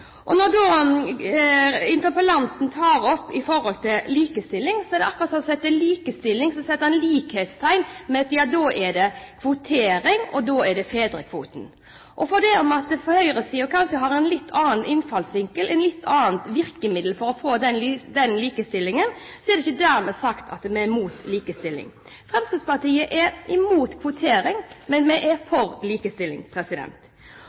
og de utfordringene vi har i dag. Når interpellanten tar opp likestilling, er det akkurat som om hun setter likhetstegn mellom kvotering og fedrekvote og likestilling. Og selv om man på høyresiden har en litt annen innfallsvinkel, et litt annet virkemiddel for å få den likestillingen, er det ikke dermed sagt at vi er imot likestilling. Fremskrittspartiet er imot kvotering, men vi er